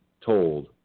told